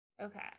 Okay